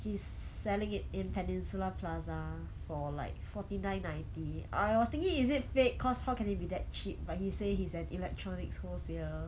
he's selling it in peninsula plaza for like forty nine ninety I was thinking is it fake cause how can it be that cheap but he say he's an electronics wholesale